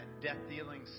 death-dealing